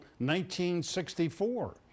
1964